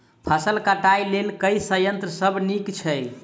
फसल कटाई लेल केँ संयंत्र सब नीक छै?